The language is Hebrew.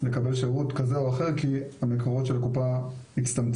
לקבל שירות כזה או אחר כי המקורות של הקופה הצטמצמו.